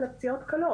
ופציעות קלות.